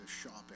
shopping